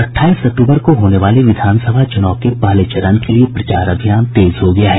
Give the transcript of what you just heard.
अट्ठाईस अक्टूबर को होने वाले विधानसभा चुनाव के पहले चरण के लिए प्रचार अभियान तेज हो गया है